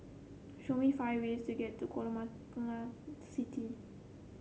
show me five ways to get to Guatemala City